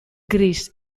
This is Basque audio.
gris